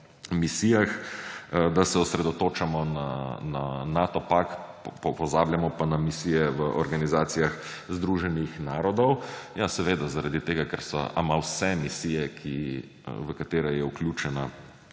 misijah, da se osredotočamo na Nato pakt, pozabljamo pa na misije v Organizaciji združenih narodov. Ja, seveda, zaradi tega, ker so ama vse misije, v katere je vključena